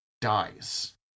dies